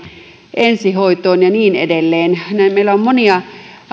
ensihoitoon ja niin edelleen meillä on monia